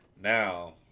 Now